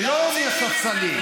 ולא מהספסלים.